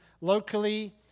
locally